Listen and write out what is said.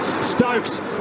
Stokes